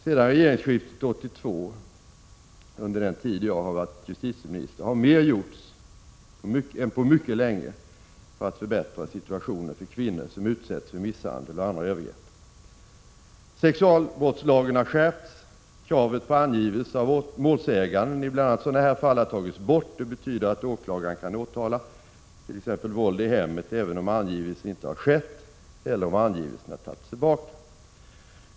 Sedan regeringsskiftet 1982 — alltså under den tid som jag har varit justitieminister — har mer gjorts än på mycket länge för att förbättra situationen för kvinnor som utsätts för misshandel och andra övergrepp. Kravet på angivelse av målsäganden i bl.a. sådana här fall har tagits bort. Det betyder att åklagaren kan åtala för t.ex. våld i hemmet, även om angivelse inte har skett eller om angivelse har tagits tillbaka.